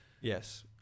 Yes